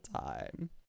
time